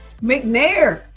McNair